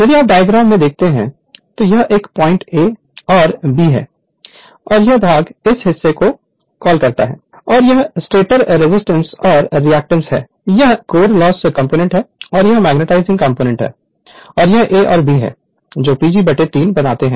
यदि आप डायग्राम में देखते हैं तो यह एक पॉइंट A और B है और यह भाग इस हिस्से को कॉल करता है और यह स्टेटर रजिस्टेंस और रिएक्टेंस है यह कोर लॉस कंपोनेंट है और यह मैग्नेटाइजिंग कंपोनेंट है और यह A और B है जो PG3 बनाते हैं